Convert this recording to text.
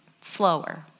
slower